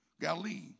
Galilee